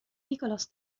nicolas